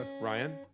Ryan